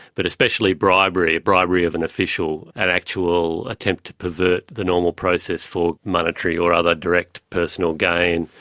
but especially bribery, bribery of an official, an actual attempt to pervert the normal process for monetary or other direct personal gain.